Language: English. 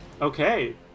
Okay